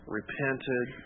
repented